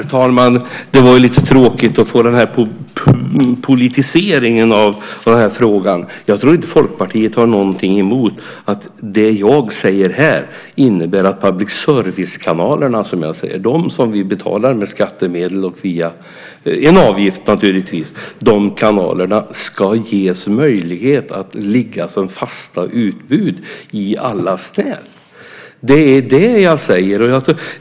Herr talman! Det var lite tråkigt att få den här politiseringen av den här frågan. Jag tror inte att Folkpartiet har något emot detta. Det jag talar om här innebär att public service kanalerna, dem vi betalar via skattemedel och naturligtvis via en avgift, ska ges möjlighet att ligga som fast utbud i alla nät. Det är det jag säger.